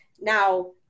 Now